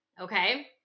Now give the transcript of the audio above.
okay